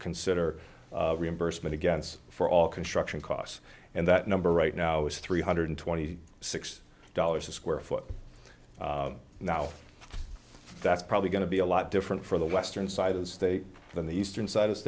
consider reimbursement against for all construction costs and that number right now is three hundred twenty six dollars a square foot now that's probably going to be a lot different for the western side as they are than the eastern